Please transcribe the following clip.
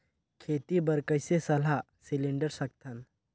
खेती बर कइसे सलाह सिलेंडर सकथन?